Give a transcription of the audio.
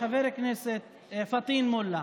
חבר הכנסת פטין מולה,